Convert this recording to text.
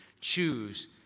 choose